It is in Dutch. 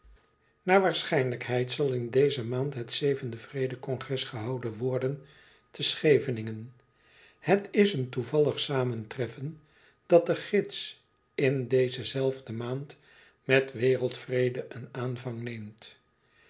berekening zal in deze maand het zevende vr ede congres gehouden worden te scheveningen het is een toevallig samentreffen dat de gids in deze zelfde maand met wereldvrede een aanvang neemt